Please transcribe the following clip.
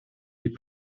des